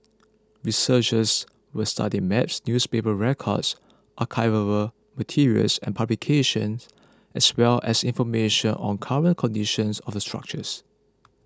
researchers will study maps newspaper records archival materials and publications as well as information on current conditions of the structures